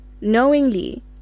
knowingly